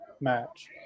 match